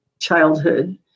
childhood